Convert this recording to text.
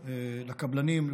לקבלנים,